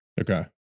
Okay